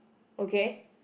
okay